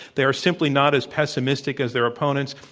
they are simply not as pessimistic as their opponents,